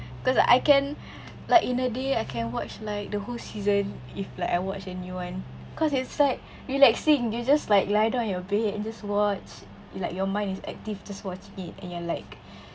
cause I can like in a day I can watch like the whole season if like I watch a new [one] cause it's like relaxing you just like lie down on your bed and just watch like your mind is active just watch it and you're like